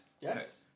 yes